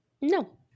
No